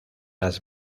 las